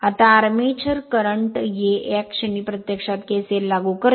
आता armature current हे याक्षणी प्रत्यक्षात KCL लागू करते